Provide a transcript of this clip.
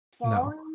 No